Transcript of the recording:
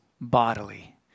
bodily